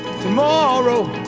Tomorrow